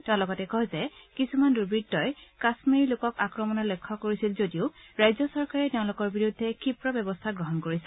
তেওঁ লগতে কয় যে কিছুমান দুৰ্বত্তই কাশ্মীৰি লোকক আক্ৰমণৰ লক্ষ্য কৰিছিল যদিও ৰাজ্য চৰকাৰে তেওঁলোকৰ বিৰুদ্ধে ক্ষীপ্ৰ ব্যৱস্থা গ্ৰহণ কৰিছে